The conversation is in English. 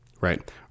Right